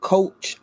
Coach